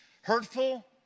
hurtful